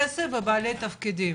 כסף ובעלי תפקידים.